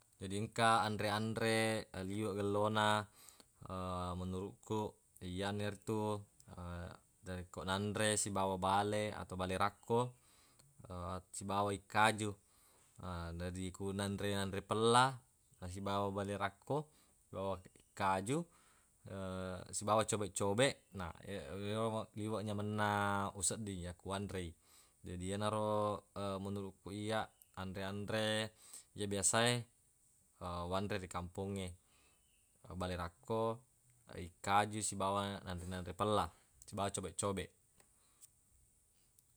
Jadi engka anre-anre liweq gellona menuruq ku iyanaritu narekko nanre sibawa bale atau bale rakko sibawa ikkaju na jadi ku nanre-nanre pella nasibawa bale rakko sibawa ikkaju sibawa cobeq-cobeq na ye- yero liweq nyamenna usedding yakku wanrei jadi yenaro menuruq ku iyya anre-anre ye biasae wanre ri kampongnge bale rakko ikkaju sibawa nanre-nanre pella sibawa cobeq-cobeq